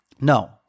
No